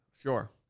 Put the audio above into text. Sure